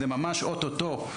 ממש אוטוטו,